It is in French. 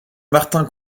martin